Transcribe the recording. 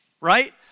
right